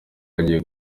hagiye